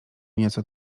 nieco